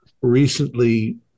recently